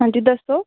हांजी दस्सो